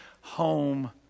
home